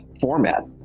format